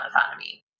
autonomy